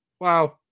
Wow